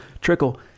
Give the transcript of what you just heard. Trickle